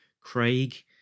Craig